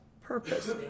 purpose